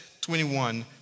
21